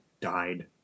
died